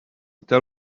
tell